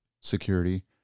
security